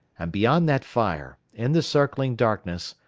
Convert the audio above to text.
and beyond that fire, in the circling darkness,